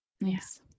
Yes